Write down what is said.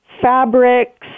fabrics